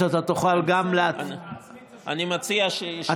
אני מציע שיישאלו שתי השאלות ואז אני אענה יחד.